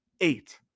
Eight